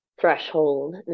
threshold